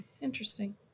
Interesting